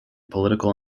political